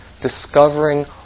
discovering